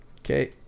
Okay